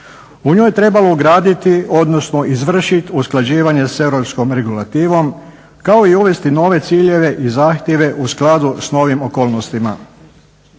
U njoj je trebalo ugraditi, odnosno izvršiti usklađivanje sa europskom regulativom kao i uvesti nove ciljeve i zahtjeve u skladu sa novim okolnostima.